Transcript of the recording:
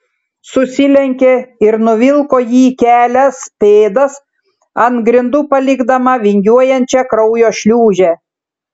susilenkė ir nuvilko jį kelias pėdas ant grindų palikdama vingiuojančią kraujo šliūžę